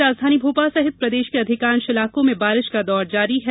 बारिश राजधानी भोपाल सहित प्रदेश के अधिकांश इलाकों में बारिश का दौर जारी है